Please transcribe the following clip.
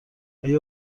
آیا